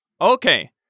Okay